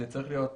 זה צריך להיות,